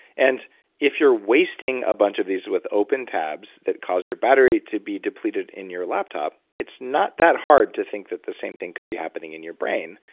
and if you're wasting a bunch of these with open tabs that cause your battery to be depleted in your laptop, it's not that hard to think that the same thing could be happening in your brain.